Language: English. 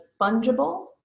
fungible